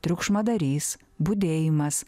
triukšmadarys budėjimas